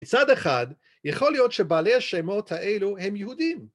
בצד אחד, יכול להיות שבעלי השמות האלו הם יהודים.